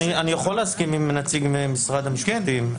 אני יכול להסכים להצעה של נציג משרד המשפטים,